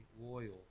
loyal